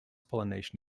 pollination